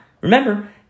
remember